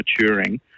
maturing